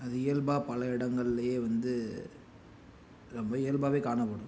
அது இயல்பாக பல இடங்கள்லேயே வந்து ரொம்ப இயல்பாகவே காணப்படும்